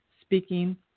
speaking